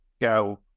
go